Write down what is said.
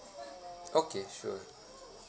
okay sure